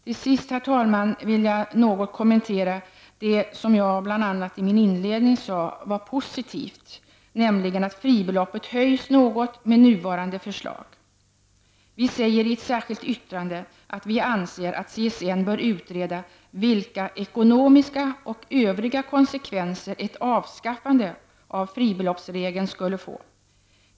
Till sist, herr talman, vill jag något kommentera det som jag bl.a. i min inledning sade var positivt, nämligen att fribeloppet höjs något med nuvarande förslag. Vi säger i ett särskilt yttrande att vi anser att CSN bör utreda vilka ekonomiska och övriga konsekvenser ett avskaffande av fribeloppsregeln skulle få.